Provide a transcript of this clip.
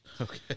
Okay